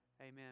Amen